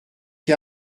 qui